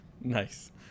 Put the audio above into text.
Nice